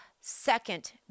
Second